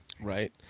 Right